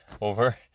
over